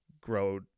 grow